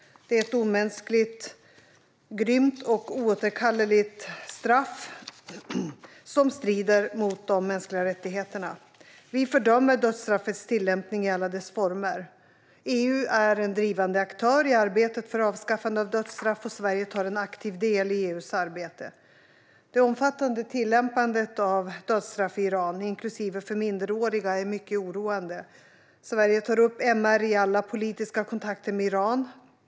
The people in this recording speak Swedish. Det är ett omänskligt, grymt och oåterkalleligt straff som strider mot de mänskliga rättigheterna. Vi fördömer dödsstraffets tillämpning i alla dess former. EU är en drivande aktör i arbetet för avskaffande av dödsstraff, och Sverige tar en aktiv del i EU:s arbete. Det omfattande tillämpandet av dödsstraff i Iran, inklusive för minderåriga, är mycket oroande. Sverige tar upp MR i alla politiska kontakter med Iran.